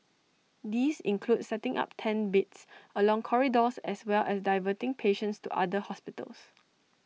these include setting up tent beds along corridors as well as diverting patients to other hospitals